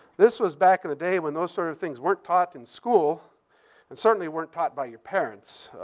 this was back in the day when those sort of things weren't taught in school and certainly weren't taught by your parents.